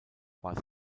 war